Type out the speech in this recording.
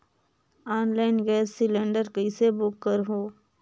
Online gas cylinder कइसे book करहु?